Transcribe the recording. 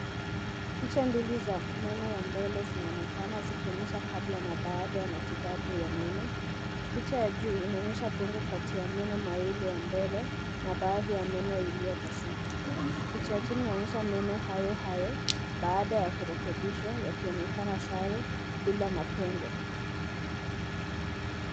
Picha mbili ya meno za mbele zinaonekana zikionyesha kabla na baada ya matibabu ya meno. Picha ya juu inaonyesha pengo kati ya meno mawili ya mbele na baadhi ya meno iliyopasuka. Picha ya chini inaonyesha meno hayo hayo baada ya kurekebishwa yakionekana sare bila mapengo.